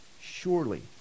surely